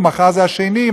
מחר זה השני,